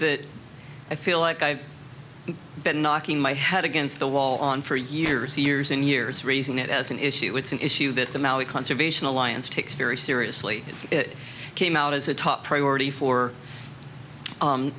that i feel like i've been knocking my head against the wall on for years and years and years raising it as an issue it's an issue that the maui conservation alliance takes very seriously and it came out as a top priority for